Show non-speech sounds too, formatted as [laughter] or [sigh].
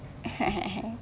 [laughs]